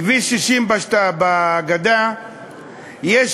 בכביש 60 בגדה יש